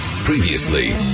previously